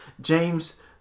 James